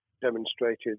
demonstrated